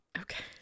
Okay